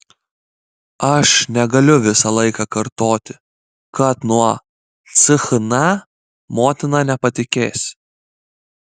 aš negaliu visą laiką kartoti kad nuo chna motina nepatikės